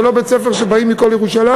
זה לא בית-ספר שבאים אליו מכל ירושלים,